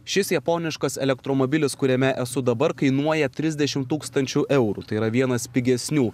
šis japoniškas elektromobilis kuriame esu dabar kainuoja trisdešim tūkstančių eurų yra vienas pigesnių